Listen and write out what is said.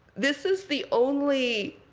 this is the only